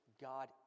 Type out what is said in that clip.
God